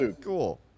cool